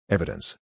Evidence